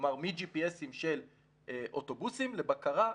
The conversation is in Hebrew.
כלומר מג'י.פי.אסים של אוטובוסים לבקרה,